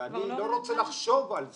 אני לא רוצה לחשוב על זה.